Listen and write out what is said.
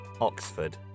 Oxford